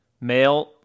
male